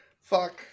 fuck